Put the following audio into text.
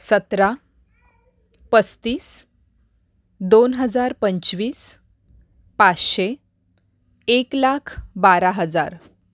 सतरा पस्तीस दोन हजार पंचवीस पाचशे एक लाख बारा हजार